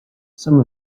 some